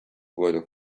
wurde